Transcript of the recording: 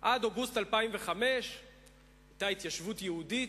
שעד אוגוסט 2005 היתה התיישבות יהודית,